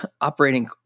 operating